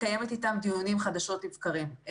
מקיימת איתם דיונים חדשות לבקרים.